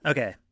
Okay